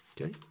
Okay